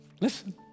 Listen